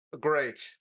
Great